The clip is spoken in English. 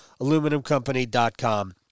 AluminumCompany.com